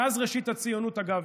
מאז ראשית הציונות, אגב.